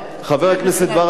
חבר הכנסת ברכה,